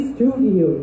Studio